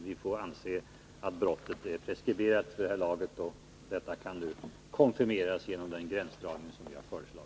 Vi får anse att brottet är preskriberat vid det här laget, och detta kan nu konfirmeras genom den gränsdragning som vi har föreslagit.